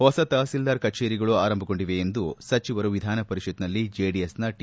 ಹೊಸ ತಹಸೀಲ್ದಾರ್ ಕಛೇರಿಗಳು ಆರಂಭಗೊಂಡಿವೆ ಎಂದು ಸಚಿವರು ವಿಧಾನಪರಿಷತ್ತಿನಲ್ಲಿ ಜೆಡಿಎಸ್ನ ಟಿ